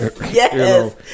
yes